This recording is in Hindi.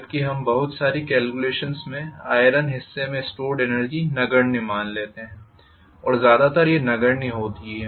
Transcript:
जबकि हम बहुत सारी कॅल्क्युलेशन्स में आइरन हिस्से में स्टोर्ड एनर्जी नगण्य मान लेते है और ज्यादातर ये नगण्य होती है